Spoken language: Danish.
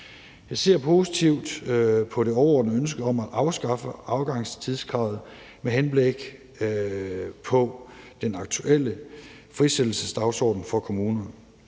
Jeg ser positivt på det overordnede ønske om at afskaffe afgangstidskravet med henblik på den aktuelle frisættelsesdagsorden for kommunerne.